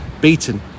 beaten